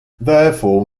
therefore